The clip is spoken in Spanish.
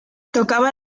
tocaba